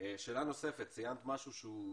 שאלה נוספת, ציינת משהו שהוא